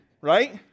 right